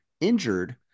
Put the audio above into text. injured